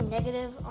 Negative